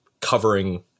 covering